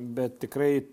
bet tikrai